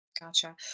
Gotcha